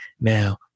now